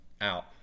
Out